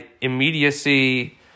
immediacy